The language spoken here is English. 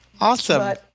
Awesome